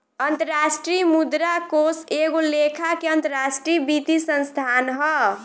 अंतरराष्ट्रीय मुद्रा कोष एगो लेखा के अंतरराष्ट्रीय वित्तीय संस्थान ह